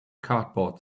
cardboard